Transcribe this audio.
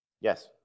yes